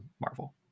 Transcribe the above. Marvel